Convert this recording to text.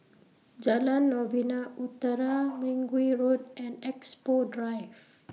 Jalan Novena Utara Mergui Road and Expo Drive